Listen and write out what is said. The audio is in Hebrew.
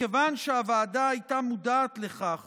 מכיוון שהוועדה הייתה מודעת לכך